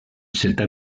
cette